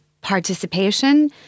participation